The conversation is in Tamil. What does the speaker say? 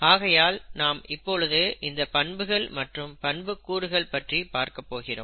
ஆகையால் நாம் இப்பொழுது இந்த பண்புகள் மற்றும் பண்புக்கூறுகள் பற்றி பார்க்க போகிறோம்